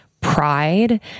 pride